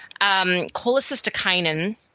Cholecystokinin